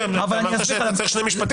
אמרת שאתה צריך שני משפטים,